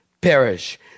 perish